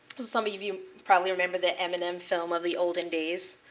some of you of you probably remember the eminem film of the olden days.